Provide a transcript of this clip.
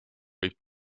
võib